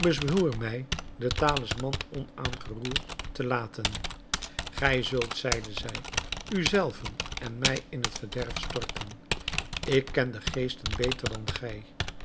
bezwoer mij den talisman onaangeroerd te laten gij zult zeide zij u zelven en mij in het verderf storten ik ken de geesten beter dan gij